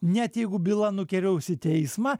net jeigu byla nukeliaus į teismą